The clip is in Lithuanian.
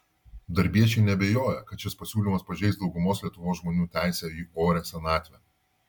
darbiečiai neabejoja kad šis pasiūlymas pažeis daugumos lietuvos žmonių teisę į orią senatvę